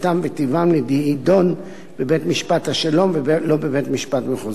וטיבם להידון בבית-משפט שלום ולא בבית-משפט מחוזי.